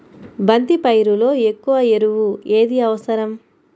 బంతి పైరులో ఎక్కువ ఎరువు ఏది అవసరం?